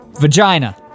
Vagina